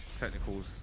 Technicals